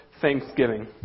thanksgiving